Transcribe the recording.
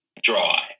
Dry